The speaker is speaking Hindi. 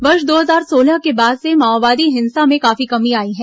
वर्ष दो हजार सोलह के बाद से माओवादी हिंसा में काफी कमी आई है